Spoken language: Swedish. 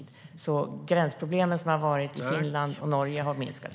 De gränsproblem som har funnits i Finland och Norge har minskat.